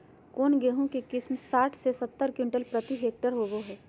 कौन गेंहू के किस्म साठ से सत्तर क्विंटल प्रति हेक्टेयर होबो हाय?